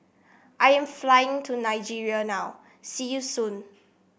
I am flying to Nigeria now see you soon